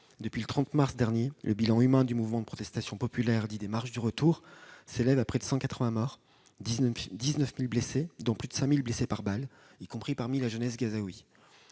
Depuis le 30 mars dernier, le bilan humain du mouvement de protestation populaire dit des « marches du retour » s'élève à près de 180 morts et 19 000 blessés, dont plus de 5 000 blessés par balles, y compris parmi la jeunesse gazaouie.